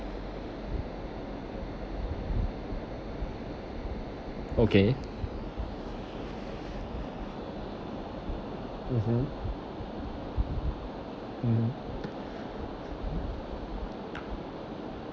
okay mmhmm mmhmm